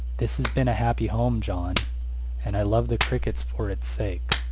this has been a happy home, john and i love the cricket for its sake!